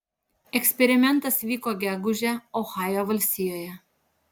eksperimentas vyko gegužę ohajo valstijoje